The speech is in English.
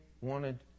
wanted